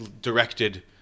Directed